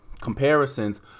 comparisons